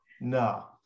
No